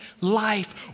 life